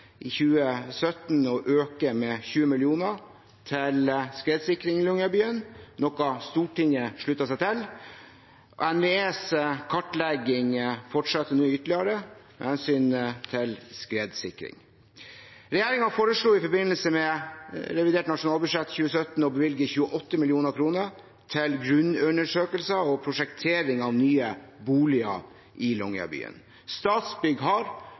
nasjonalbudsjett 2017 å øke med 20 mill. kr til skredsikring i Longyearbyen, noe Stortinget sluttet seg til. NVEs kartlegging fortsetter nå ytterligere med hensyn til skredsikring. Regjeringen foreslo i forbindelse med revidert nasjonalbudsjett 2017 å bevilge 28 mill. kr til grunnundersøkelser og prosjektering av nye boliger i Longyearbyen. Statsbygg har